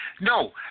No